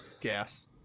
gas